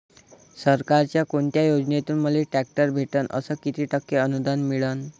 सरकारच्या कोनत्या योजनेतून मले ट्रॅक्टर भेटन अस किती टक्के अनुदान मिळन?